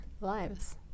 lives